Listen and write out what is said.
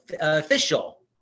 Official